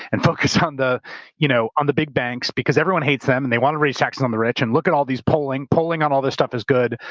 and focus on the you know on the big banks because everyone hates them, and they want to raise taxes on the rich and look at all these polling. polling on all this stuff is good.